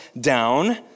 down